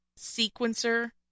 sequencer